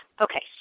okay